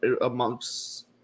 amongst